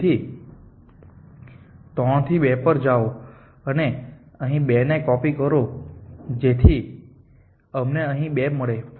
તેથી 3 થી 2 પર જાઓ અને અહીં 2 ને કોપી કરો જેથી અમને અહીં 2 મળે